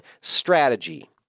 strategy